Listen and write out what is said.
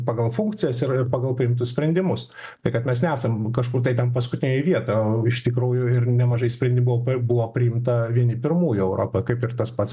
pagal funkcijas yra ir pagal priimtus sprendimus tai kad mes nesam kažkur ten paskutinėj vietoj o iš tikrųjų ir nemažai sprendimų buvo priimta vieni pirmųjų europa kaip ir tas pats